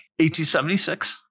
1876